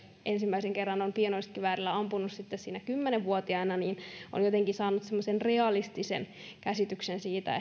ensimmäisen kerran on pienoiskiväärillä ampunut siinä kymmenen vuotiaana niin on jotenkin saanut semmoisen realistisen käsityksen siitä